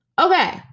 Okay